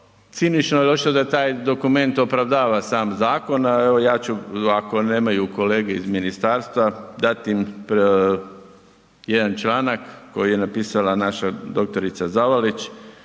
cinično jel očito da taj dokument opravdava sam zakon, evo ja ću ako nemaju kolege iz ministarstva dat im jedan članak koji je napisala naša dr. Zavalić